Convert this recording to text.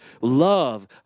love